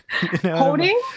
Holding